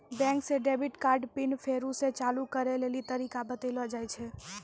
बैंके से debit card pin फेरु से चालू करै लेली तरीका बतैलो जाय छै